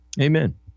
Amen